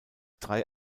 drei